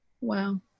wow